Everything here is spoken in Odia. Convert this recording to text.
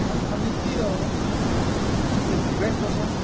ଅର୍ଥନିତୀର ଉପରେ ଡିବେଟ୍ କରୁସନ୍